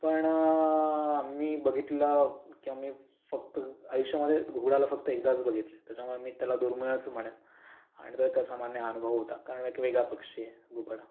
पण मी बघितला किंवा मी फक्त आयुष्यामध्ये घुबडाला फक्त एकदाच बघितलं आहे त्याच्यामुळं मी त्याला दुर्मिळच म्हणेन आणि तो एक असामान्य अनुभव होता कारण एक वेगळा पक्षी आहे घुबड